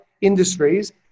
industries